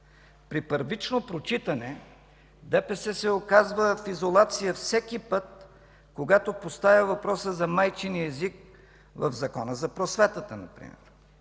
При първично прочитане ДПС се оказва в изолация всеки път, когато поставя въпроса за майчиния език в Закона за просветата например,